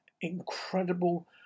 incredible